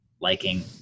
liking